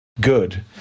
good